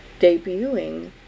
debuting